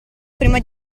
prima